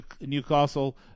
Newcastle